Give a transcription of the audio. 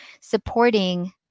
supporting